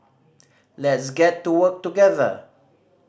let's get to work together